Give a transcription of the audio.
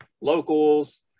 Locals